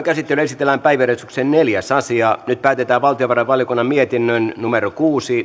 käsittelyyn esitellään päiväjärjestyksen neljäs asia nyt päätetään valtiovarainvaliokunnan mietinnön kuusi